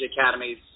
Academies